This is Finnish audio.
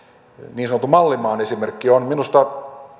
niin sanotun mallimaan esimerkki on on minusta